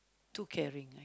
too caring